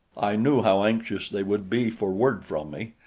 i knew how anxious they would be for word from me,